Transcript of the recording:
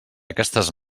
aquestes